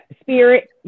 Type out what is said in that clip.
spirit